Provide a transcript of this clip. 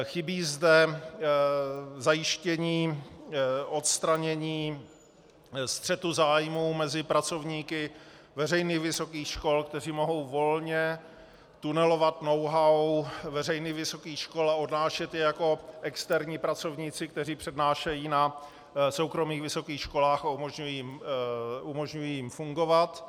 Chybí zde zajištění odstranění střetu zájmů mezi pracovníky veřejných vysokých škol, kteří mohou volně tunelovat know how veřejných vysokých škol a odnášet je jako externí pracovníci, kteří přednášejí na soukromých vysokých školách a umožňují jim fungovat.